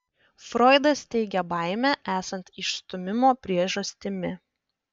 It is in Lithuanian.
froidas teigia baimę esant išstūmimo priežastimi